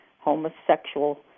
homosexual